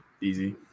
easy